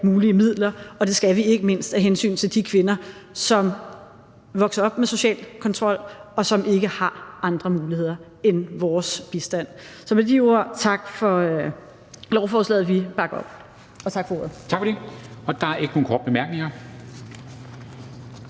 mulige midler, og det skal vi ikke mindst af hensyn til de kvinder, som vokser op med social kontrol, og som ikke har andre muligheder end vores bistand. Så med de ord tak for lovforslaget. Vi bakker op.